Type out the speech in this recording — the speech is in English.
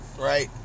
right